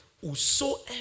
Whosoever